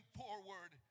forward